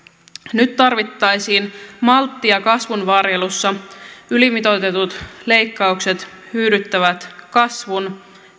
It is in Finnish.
nyt tarvittaisiin malttia kasvun varjelussa ylimitoitetut leikkaukset hyydyttävät kasvun